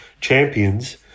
champions